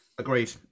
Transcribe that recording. Agreed